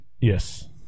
Yes